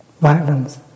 violence